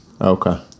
Okay